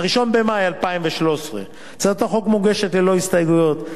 1 במאי 2013. הצעת החוק מוגשת ללא הסתייגויות,